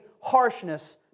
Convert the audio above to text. harshness